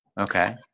Okay